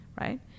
right